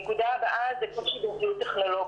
הנקודה הבאה היא זה קושי בציוד טכנולוגי.